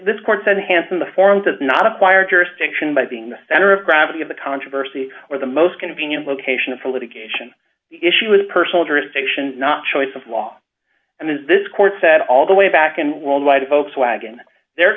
this court's enhancing the form does not acquire jurisdiction by being the center of gravity of the controversy or the most convenient location for litigation the issue is personal jurisdiction not choice of law and has this court set all the way back in world wide a volkswagen there